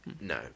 no